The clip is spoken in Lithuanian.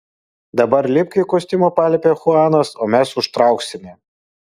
dabar lipk į kostiumą paliepė chuanas o mes užtrauksime